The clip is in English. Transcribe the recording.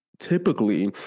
Typically